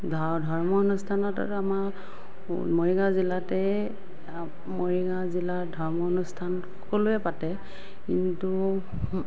ধৰ্ম অনুষ্ঠানত আমাৰ মৰিগাঁও জিলাতে মৰিগাঁও জিলাৰ ধৰ্ম অনুষ্ঠান সকলোৱে পাতে কিন্তু